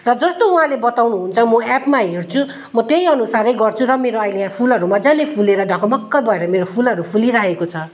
र जस्तो उहाँले बताउनुहुन्छ म एपमा हेर्छु म त्यही अनुसारै गर्छु र मेरो अहिले यहाँ फुलहरू मज्जाले फुलेर ढकमकै भएर मेरो फुलहरू फुलिरहेको छ